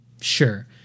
Sure